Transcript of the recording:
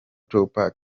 tupac